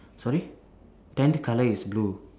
sorry tent colour is blue